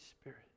Spirit